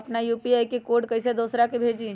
अपना यू.पी.आई के कोड कईसे दूसरा के भेजी?